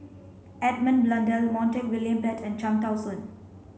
Edmund Blundell Montague William Pett and Cham Tao Soon